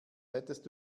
hättest